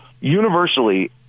universally